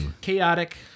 Chaotic